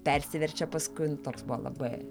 persiverčia paskui nu toks buvo labai